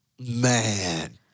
Man